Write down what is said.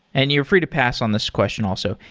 and you're free to pass on this question also,